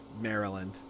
maryland